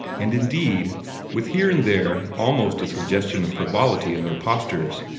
and indeed with here and there almost a suggestion of frivolity in their postures,